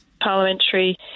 parliamentary